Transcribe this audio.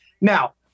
Now